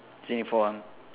it's only four arm